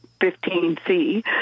15C